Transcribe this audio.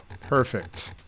Perfect